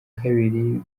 kabiri